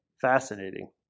Fascinating